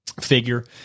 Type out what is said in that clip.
figure